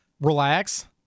Relax